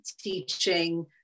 teaching